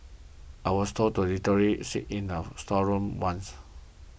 I was told to literally sit in a storeroom once